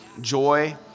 joy